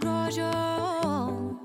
grožio o